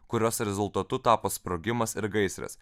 kurios rezultatu tapo sprogimas ir gaisras